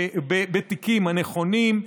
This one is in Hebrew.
בתיקים הנכונים,